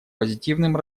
позитивным